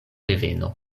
reveno